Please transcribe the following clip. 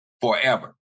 forever